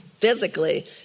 physically